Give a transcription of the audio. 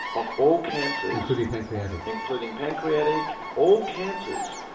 of all cancers. including pancreatic? including pancreatic, all cancers,